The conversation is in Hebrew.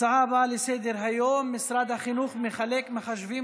הצעות לסדר-היום בנושא: משרד החינוך מחלק מחשבים